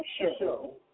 show